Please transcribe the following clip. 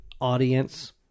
audience